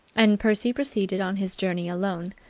and percy proceeded on his journey alone.